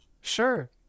Sure